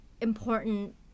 important